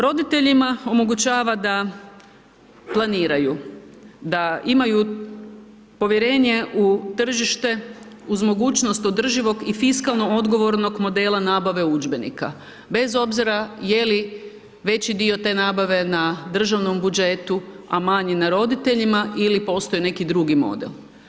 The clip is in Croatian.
Roditeljima omogućava da planiraju, da imaju povjerenje u tržište uz mogućnost održivog i fiskalno odgovornog nabave udžbenika bez obzira je li veći dio te nabave na državnom budžetu, a manji na roditeljima ili postoji neki drugi model.